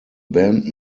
band